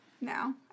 no